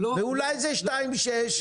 ואולי זה שתיים שש?